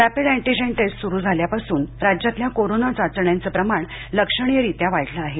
rapid antigen test सुरू झाल्यापासून राज्यातील कोरोना चाचण्यांचं प्रमाण लक्षणीय रित्या वाढलं आहे